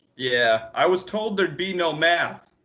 yeah. i was told there'd be no math.